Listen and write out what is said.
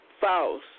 false